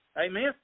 Amen